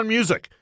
Music